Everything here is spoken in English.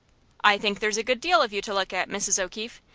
i think there's a good deal of you to look at, mrs. o'keefe.